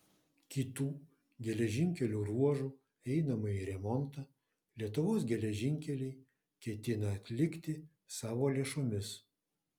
kitų geležinkelio ruožų einamąjį remontą lietuvos geležinkeliai ketina atlikti savo lėšomis